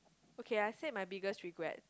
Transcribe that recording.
okay I said my biggest regret